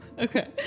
Okay